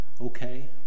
okay